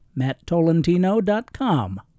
matttolentino.com